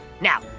Now